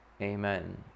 amen